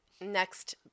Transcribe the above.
Next